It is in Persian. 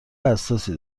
حساسی